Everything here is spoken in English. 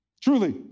Truly